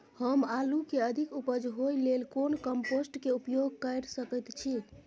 हम आलू के अधिक उपज होय लेल कोन कम्पोस्ट के उपयोग कैर सकेत छी?